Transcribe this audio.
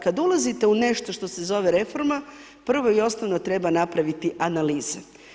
Kad ulazite u nešto što se zove reforma, prvo i osnovno treba napraviti analize.